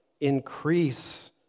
increase